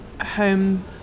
home